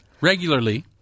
regularly